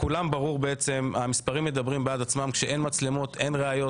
לכולם ברור שכשאין מצלמות אין ראיות.